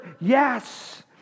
Yes